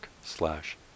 slash